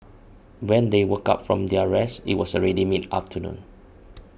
when they woke up from their rest it was already mid afternoon